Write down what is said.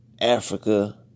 Africa